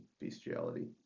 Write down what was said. bestiality